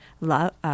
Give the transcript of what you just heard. love